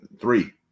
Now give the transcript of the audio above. three